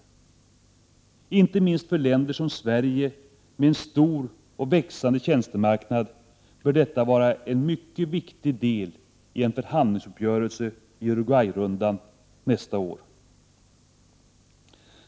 Inte minst för länder som Sverige med en stor och växande tjänstemarknad bör detta vara en mycket viktig del i en förhandlingsuppgörelse i Uruguayrundan nästa år.